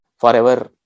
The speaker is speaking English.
forever